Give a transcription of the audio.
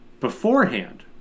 beforehand